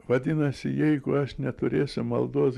vadinasi jeigu aš neturėsiu maldos